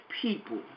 people